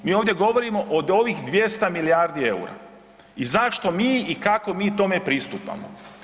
Mi ovdje govorimo o ovih 200 milijardi eura i zašto mi i kako mi tome pristupamo.